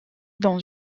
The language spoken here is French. dans